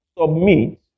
submit